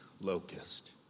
locust